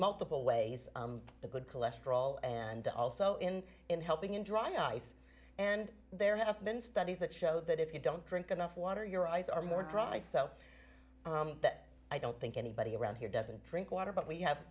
multiple ways to good cholesterol and also in in helping in dry ice and there have been studies that show that if you don't drink enough water your eyes are more dry so that i don't think anybody around here doesn't drink water but we have